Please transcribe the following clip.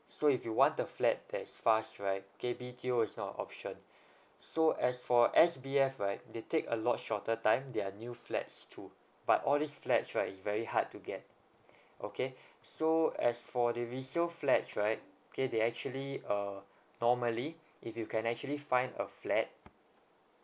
so if you want the flat that's fast right okay B_T_O is not a option so as for S_B_F right they take a lot shorter time they're new flats too but all these flats right it's very hard to get okay so as for the resale flats right okay they actually uh normally if you can actually find a flat